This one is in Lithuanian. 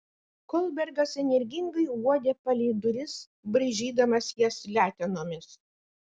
kolbergas energingai uodė palei duris braižydamas jas letenomis